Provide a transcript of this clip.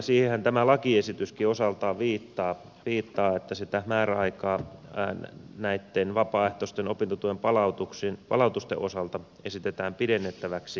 siihenhän tämä lakiesityskin osaltaan viittaa kun määräaikaa opintotuen vapaaehtoisten palautusten osalta esitetään pidennettäväksi